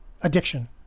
addiction